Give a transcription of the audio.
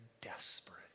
desperate